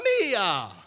mia